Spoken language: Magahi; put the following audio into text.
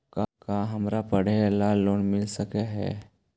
का हमरा पढ़े ल लोन मिल सकले हे?